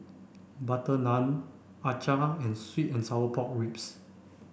Butter Naan Acar and sweet and sour pork ribs